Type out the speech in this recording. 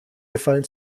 gefallen